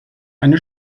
eine